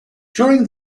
during